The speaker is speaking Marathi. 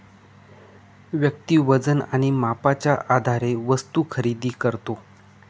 व्यक्ती वजन आणि मापाच्या आधारे वस्तू खरेदी करतो